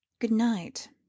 Good-night